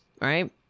right